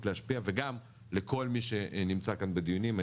להשפיע וגם לכל מי שנמצא כאן בדיונים.